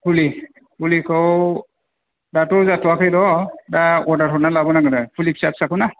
फुलि फुलिखौ दाथ' जाथ'वाखै र' दा अरदार हरनानै लाबो नांगोन फुलि फिसा फिसाखौ ना